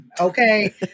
Okay